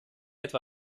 etwa